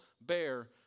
bear